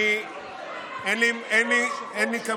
אין לי מה להוסיף,